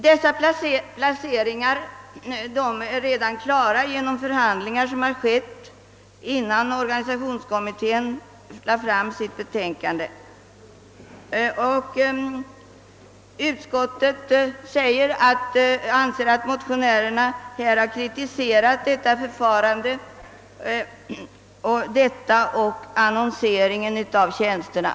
Dessa placeringar beslutades vid förhandlingar som skedde innan organisationsutredningen lade fram sitt betänkande. Utskottet säger att motionärerna kritiserat detta förfarande liksom annonseringen av tjänsterna.